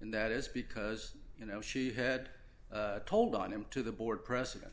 and that is because you know she had told on him to the board president